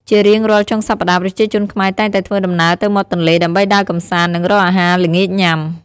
ជារៀងរាល់ចុងសប្ដាហ៍ ប្រជាជនខ្មែរតែងតែធ្វើដំណើរទៅមាត់ទន្លេ ដើម្បីដើរកំសាន្ត និងរកអាហារល្ងាចញុំា។